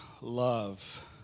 love